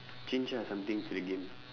change ah something to the game